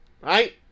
Right